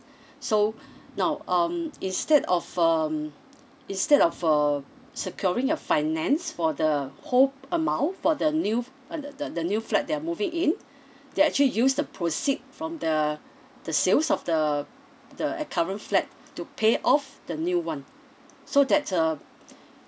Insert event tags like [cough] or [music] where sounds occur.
[breath] so now um instead of um instead of err securing your finance for the whole amount for the new uh the the the new flat that they're moving in they actually use the proceed from the the sales of the the a current flat to pay off the new one so that uh